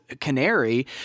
Canary